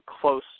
close